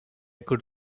could